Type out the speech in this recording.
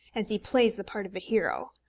as he plays the part of hero.